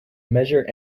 measure